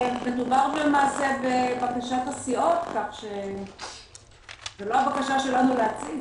מדובר בבקשת הסיעות, כך שזו לא הבקשה שלנו להציג.